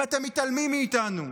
אם אתם מתעלמים מאיתנו?